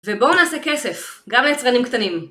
ובואו נעשה כסף, גם יצרנים קטנים!